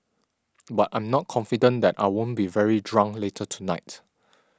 but I'm not confident that I won't be very drunk later tonight